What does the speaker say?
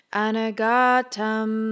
anagatam